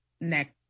next